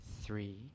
Three